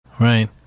Right